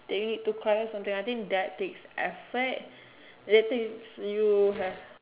they need to correct somethings I think that takes effort later you you have